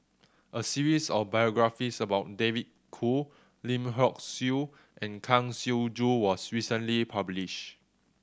a series of biographies about David Kwo Lim Hock Siew and Kang Siong Joo was recently publish